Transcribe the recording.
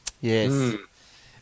Yes